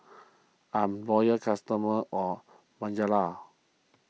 I'm loyal customer of Bonjela